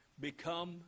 become